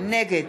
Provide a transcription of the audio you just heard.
נגד